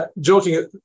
joking